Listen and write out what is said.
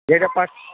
যেটা পারছি